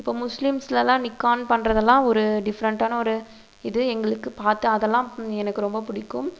இப்போது முஸ்லீம்ஸ்கெலாம் நிக்கான் பண்ணுறதெல்லாம் ஒரு டிஃப்ரெண்டான ஒரு இது எங்களுக்கு பார்த்து அதெல்லாம் எனக்கு ரொம்ப பிடிக்கும்